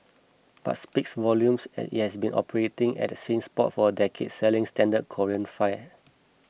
but speaks volumes as it has been operating at that same spot for a decade selling standard Korean fare